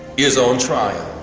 is on trial.